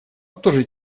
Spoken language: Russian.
тоже